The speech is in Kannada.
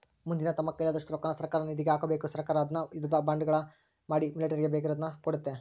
ಮಂದಿ ತಮ್ಮ ಕೈಲಾದಷ್ಟು ರೊಕ್ಕನ ಸರ್ಕಾರದ ನಿಧಿಗೆ ಹಾಕಬೇಕು ಸರ್ಕಾರ ಅದ್ನ ಯುದ್ಧ ಬಾಂಡುಗಳ ಮಾಡಿ ಮಿಲಿಟರಿಗೆ ಬೇಕಿರುದ್ನ ಕೊಡ್ತತೆ